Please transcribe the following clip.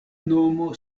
nomo